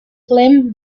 flame